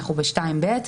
אנחנו ב-2ב,